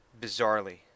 bizarrely